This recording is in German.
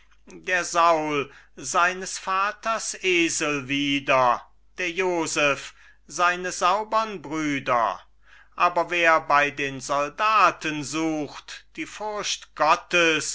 der saul seines vaters esel wieder der joseph seine saubern brüder aber wer bei den soldaten sucht die furcht gottes